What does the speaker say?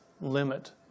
limit